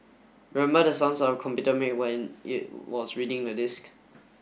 remember the sounds our computer make when it was reading the disc